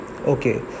Okay